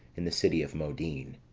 in the city of modin.